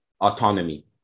autonomy